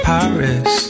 Paris